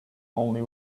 only